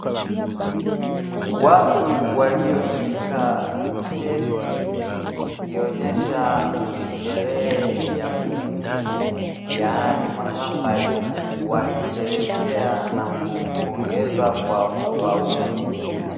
Watu walioshika cheti ikionyesha ni sherehe ya kuhitimu yaani mahafali, wakisheherekea na kupongeza kwa ufaulu.